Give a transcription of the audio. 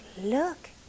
look